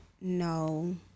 No